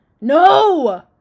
No